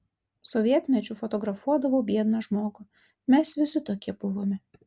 sovietmečiu fotografuodavau biedną žmogų mes visi tokie buvome